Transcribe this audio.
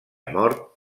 mort